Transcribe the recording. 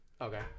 okay